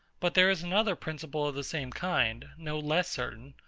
but there is another principle of the same kind, no less certain,